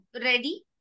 ready